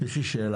יש לי שאלה.